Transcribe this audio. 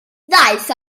ddaeth